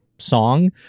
Song